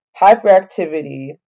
hyperactivity